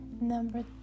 Number